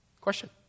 question